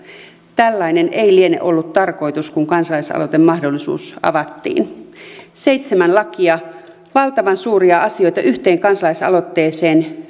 tällainen ei liene ollut tarkoitus kun kansalaisaloitemahdollisuus avattiin seitsemän lakia valtavan suuria asioita yhteen kansalaisaloitteeseen